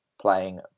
playing